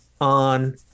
on